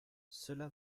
cela